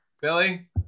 billy